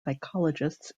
psychologists